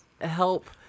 help